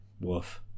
Woof